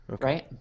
right